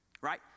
Right